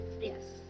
Yes